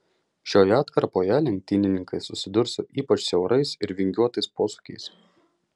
šioje atkarpoje lenktynininkai susidurs su ypač siaurais ir vingiuotais posūkiais